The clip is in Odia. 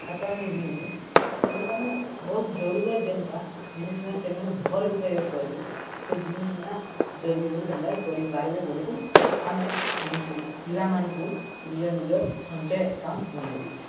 ଖାତାମାନେ ଘିନ୍ବେ ଯେନ୍ଟା ମାନେ ବହୁତ ଜରୁରତ୍ ଯେନ୍ଟା ଜିନିଷ୍ମାନେ ସେମାନେ ଭଲ୍ ଉପଯୋଗ୍ କର୍ବେ୍ ସେ ଜିନିଷ୍ ମାନେ ଜଲ୍ଦି କରି କେନ୍ତାକରି କରିପାର୍ବେ ବୋଲି କରି ଆମେ ନିଜେ ପିଲାମାନ୍କୁ ନିଜର୍ ନିଜର୍ ସଞ୍ଚୟ ଏକାଉଣ୍ଟ୍ ବନେଇ ଦେଇଥାଉ